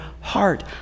heart